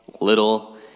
little